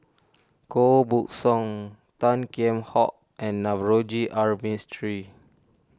Koh Buck Song Tan Kheam Hock and Navroji R Mistri